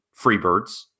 Freebirds